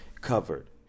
covered